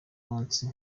munsi